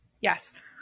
Yes